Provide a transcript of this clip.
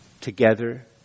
together